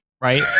right